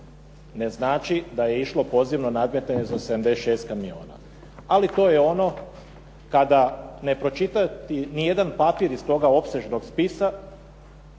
ne znači da je išlo pozivno nadmetanje za 76 kamiona. Ali to je ono kada ne pročitati ni jedan papir iz toga opsežnog spisa,